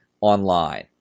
online